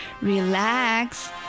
Relax